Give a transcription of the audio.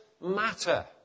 matter